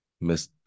miss